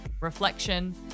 reflection